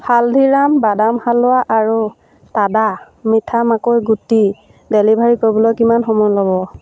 হালদিৰাম বাদাম হালৱা আৰু তাদা মিঠা মাকৈ গুটি ডেলিভাৰ কৰিবলৈ কিমান সময় ল'ব